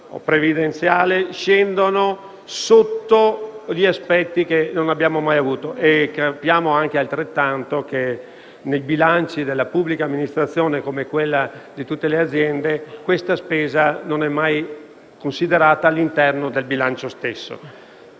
previdenziale scendono sotto livelli che non si sono mai raggiunti e teniamo conto che nei bilanci della pubblica amministrazione, come in quelli di tutte le aziende, questa spesa non è mai considerata all'interno del bilancio stesso.